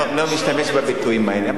לא משתמש בביטויים האלה,